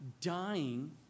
dying